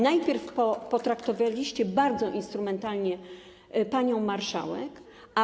Najpierw potraktowaliście bardzo instrumentalnie panią marszałek, a potem.